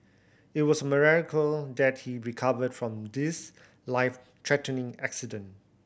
it was a miracle that he recovered from this life threatening accident